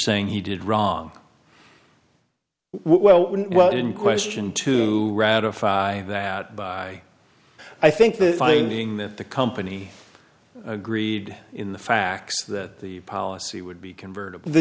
saying he did wrong well well i didn't question to ratify that by i think the finding that the company agreed in the facts that the policy would be convertible the